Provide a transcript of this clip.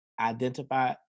identify